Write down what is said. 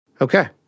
Okay